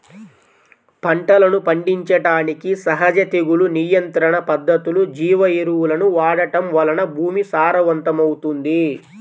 పంటలను పండించడానికి సహజ తెగులు నియంత్రణ పద్ధతులు, జీవ ఎరువులను వాడటం వలన భూమి సారవంతమవుతుంది